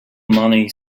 money